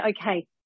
okay